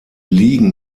liegen